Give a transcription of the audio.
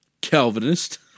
Calvinist